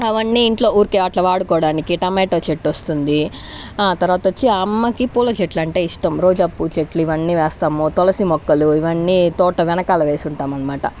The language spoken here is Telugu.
అవన్నీ ఇంట్లో ఊరికే అట్లా వాడుకోవడానికి టమాటో చెట్టు వస్తుంది తర్వాత వచ్చి అమ్మకి పూల చెట్ల అంటే ఇష్టం రోజా పూల చెట్లు ఇవన్నీ వేస్తాము తులసి మొక్కలు ఇవన్నీ తోట వెనకాల వేసి ఉంటాము అనమాట